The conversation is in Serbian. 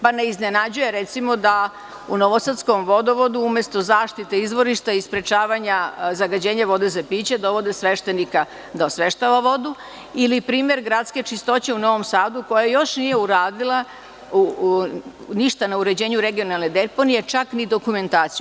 Pa ne iznenađuje, recimo, da u novosadskom vodovodu, umesto zaštite izvorišta i sprečavanja zagađenja vode za piće dovode sveštenika da osveštava vodu ili primer Gradske čistoće u Novom Sadu koja još nije uradila ništa na uređenju regionalne deponije, čak ni dokumentaciju.